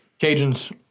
Cajuns